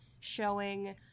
showing